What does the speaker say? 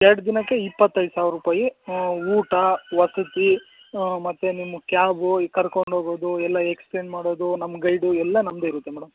ಎರಡು ದಿನಕ್ಕೆ ಇಪ್ಪತ್ತೈದು ಸಾವಿರ ರೂಪಾಯಿ ಊಟ ವಸತಿ ಮತ್ತು ನಿಮ್ಮ ಕ್ಯಾಬು ಈ ಕರ್ಕೊಂಡೋಗೋದು ಎಲ್ಲ ಎಕ್ಸ್ಪ್ಲೇನ್ ಮಾಡೋದು ನಮ್ಮ ಗೈಡು ಎಲ್ಲ ನಮ್ಮದೇ ಇರುತ್ತೆ ಮೇಡಮ್